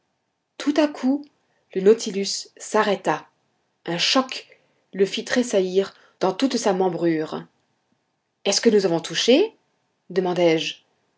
tout à coup le nautilus s'arrêta un choc le fit tressaillir dans toute sa membrure est-ce que nous avons touché demandai-je